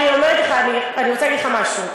אני אומרת לך, אני רוצה להגיד לך משהו: